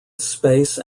space